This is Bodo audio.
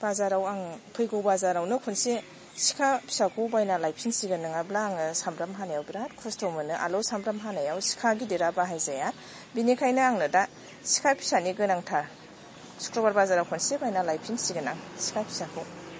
बाजाराव आङो फैगौ बाजारावनो खनसे सिखा फिसाखौ बायना लायफिनसिगोन नङाब्ला आङो सामब्राम हानायव बिराथ खस्थ' मोनो आलौ सामब्राम होनायाव सिखा गिदिरआ बाहायजाया बिनिखायनो आंनो दा सिखा फिसानि गोनांथार सुक्रुबार बाजारआव खनसे बायना लायफिनसिगोन आं सिखा फिसाखौ